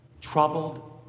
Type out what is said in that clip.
troubled